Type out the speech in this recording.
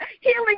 healing